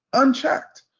unchecked.